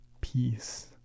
peace